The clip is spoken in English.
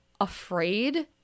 afraid